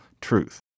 truth